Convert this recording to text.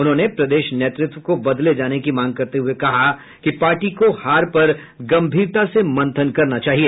उन्होंने प्रदेश नेतृत्व को बदले जाने की मांग करते हुए कहा कि पार्टी को हार पर गंभीरता से मंथन करना चाहिए